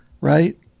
right